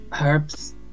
herbs